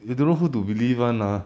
you don't know who to believe [one] lah